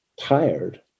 tired